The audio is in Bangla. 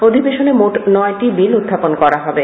অধিবেশনে মোট নয়টি বিল উত্থাপন করা হবে